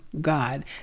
God